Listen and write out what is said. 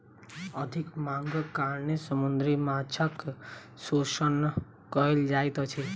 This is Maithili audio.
अधिक मांगक कारणेँ समुद्री माँछक शोषण कयल जाइत अछि